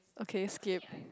okay skip